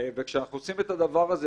וכשאנחנו עושים את הדבר הזה,